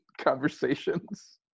conversations